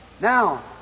Now